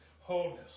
wholeness